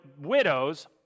widows